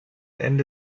ende